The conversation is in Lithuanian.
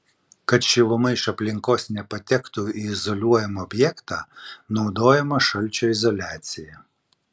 kad šiluma iš aplinkos nepatektų į izoliuojamą objektą naudojama šalčio izoliacija